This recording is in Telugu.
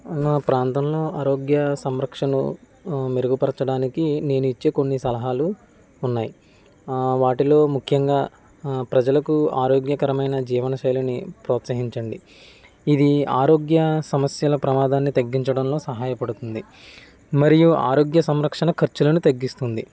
నా ప్రాంతాల్లో ఆరోగ్య సంరక్షణను మెరుగుపరచడానికి నేను ఇచ్చే కొన్ని సలహాలు ఉన్నాయి అ వాటిలో ముఖ్యంగా ప్రజలకు ఆరోగ్యకరమైన జీవనశైలిని ప్రోత్సహించండి ఇది ఆరోగ్య సమస్యల ప్రమాదాన్ని తగ్గించడంలో సహాయపడుతుంది మరియు ఆరోగ్య సంరక్షణ ఖర్చులను తగ్గిస్తుంది